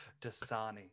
Dasani